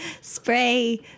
spray